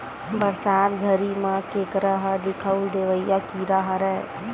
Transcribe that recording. बरसात घरी म केंकरा ह दिखउल देवइया कीरा हरय